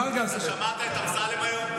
אתה שמעת את אמסלם היום?